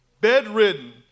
bedridden